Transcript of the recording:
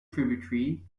tributary